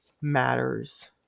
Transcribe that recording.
matters